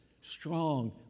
strong